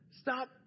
stop